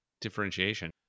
differentiation